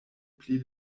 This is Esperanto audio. pli